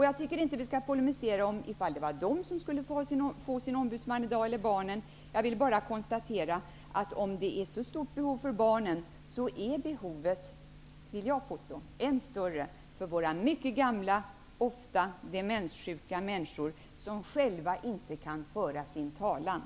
Jag tycker inte att vi skall polemisera om huruvida det är de mycket gamla eller barnen som borde få sin ombudsman i dag. Men jag vill påstå att om behovet av en ombudsman är så stort för barnen, så är det än större för mycket gamla, ofta demenssjuka människor, som själva inte kan föra sin talan.